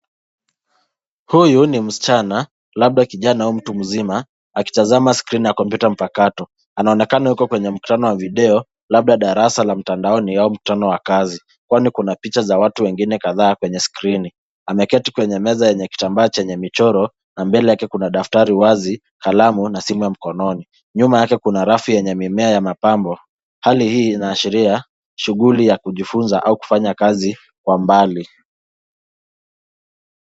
Huyu ni msichana labda kijana au mtu mzima, akitazama skrini ya kompyuta mpakato. Anaonekana yuko kwenye mkutano wa video labda darasa ya mtandaoni au mkutano wa kazi, kwani kuna picha za watu wengine kadhaa kwenye skrini. Ameketi kwenye meza yenye kitambaa chenye michoro na mbele yake kuna daftari wazi, kalamu na simu ya mkononi. Nyuma yake kuna rafu yenye mimea ya mapambo. Hali hii inaashiria shughuli ya kujifunza au kufanya kazi kwa mbali.